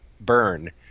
Burn